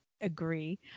agree